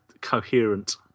coherent